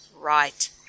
right